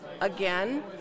Again